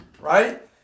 right